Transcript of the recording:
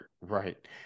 Right